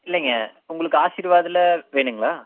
இல்லைங்க உங்களுக்கு ஆஷீர்வாதில் வேணுங்களா